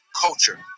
culture